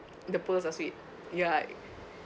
the pearls are sweet ya